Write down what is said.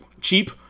Cheap